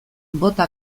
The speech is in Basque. bota